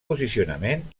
posicionament